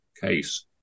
case